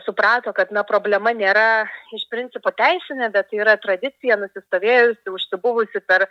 suprato kad na problema nėra iš principo teisinė bet yra tradicija nusistovėjusi užsibuvusi per